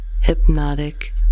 hypnotic